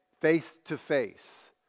face-to-face